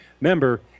member